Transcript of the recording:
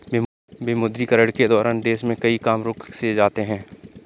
विमुद्रीकरण के दौरान देश में कई काम रुक से जाते हैं